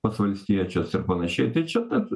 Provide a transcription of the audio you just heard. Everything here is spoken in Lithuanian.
pas valstiečius ir panašiai tai čia tad